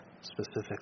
specifically